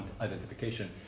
identification